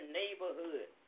neighborhood